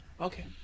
Okay